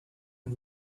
and